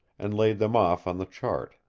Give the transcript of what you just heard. and laid them off on the chart.